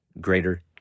greater